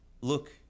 look